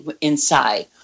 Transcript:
inside